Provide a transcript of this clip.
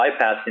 bypassing